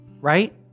Right